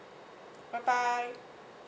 bye bye